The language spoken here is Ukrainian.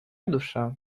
душа